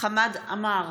חמד עמאר,